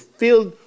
filled